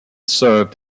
served